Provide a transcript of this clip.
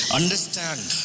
understand